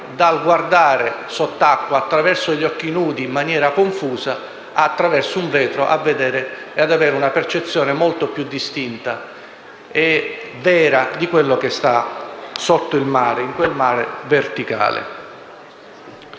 dal guardare sott'acqua attraverso gli occhi nudi, in maniera confusa, al guardare attraverso un vetro e ad avere una percezione molto più distinta e vera di quello che sta sotto il mare, in quel mare verticale.